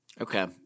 Okay